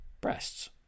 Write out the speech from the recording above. breasts